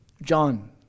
John